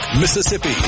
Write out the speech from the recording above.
Mississippi